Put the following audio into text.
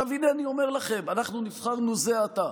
עכשיו הינה אני אומר לכם: אנחנו נבחרנו זה עתה,